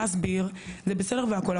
להסביר זה בסדר והכול,